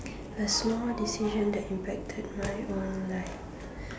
a small decision that impacted my own life